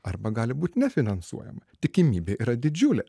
arba gali būt nefinansuojama tikimybė yra didžiulė